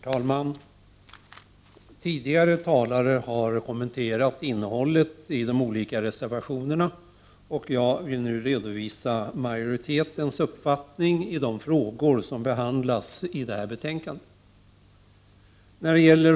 Herr talman! Tidigare talare har kommenterat innehållet i de olika reservationerna. Jag skall redovisa majoritetens uppfattning i de frågor som behandlas i detta betänkande.